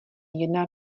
jedna